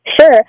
Sure